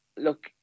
Look